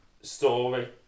story